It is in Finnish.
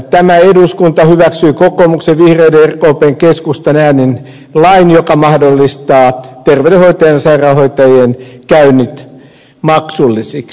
tämä eduskunta hyväksyi kokoomuksen vihreiden rkpn ja keskustan äänin lain joka mahdollistaa terveydenhoitajien ja sairaanhoitajien käynnit maksullisiksi